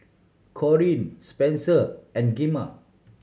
Corrine Spenser and Gemma